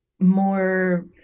more